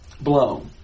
blown